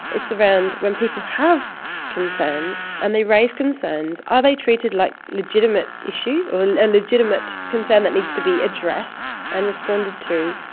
it's around when people have concerns and they raise concerns, are they treated like legitimate issues or a legitimate concern that needs to be addressed and responded to,